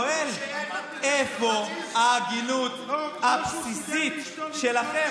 כמו שיאיר, ואני שואל: איפה ההגינות הבסיסית שלכם?